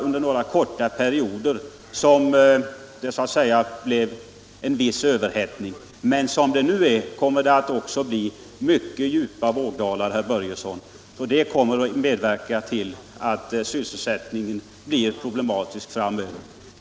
Under några korta perioder skulle det ha blivit en viss överhettning, men som det nu är kommer det att bli mycket djupa vågdalar, herr Börjesson. Det kommer att orsaka att sysselsättningen blir ett problem framöver.